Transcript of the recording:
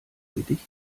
erledigt